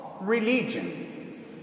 religion